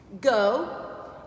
go